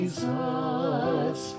Jesus